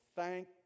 Thank